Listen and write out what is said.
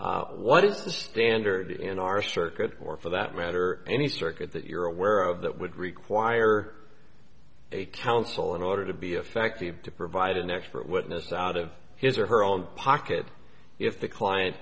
the standard in our circuit or for that matter any circuit that you're aware of that would require a counsel in order to be effective to provide an expert witness out of his or her own pocket if the client